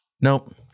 nope